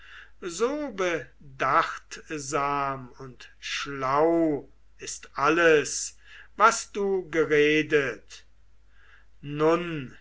so bedachtsam und schlau ist alles was du geredet nun